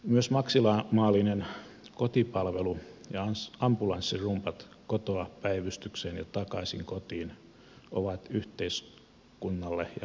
myös maksimaalinen kotipalvelu ja ambulanssirumbat kotoa päivystykseen ja takaisin kotiin ovat yhteiskunnalle ja vanhuksille kalliita